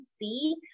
see